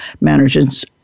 managers